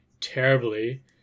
terribly